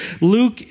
Luke